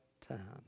time